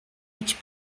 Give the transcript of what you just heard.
each